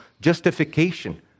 justification